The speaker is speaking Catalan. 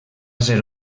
ser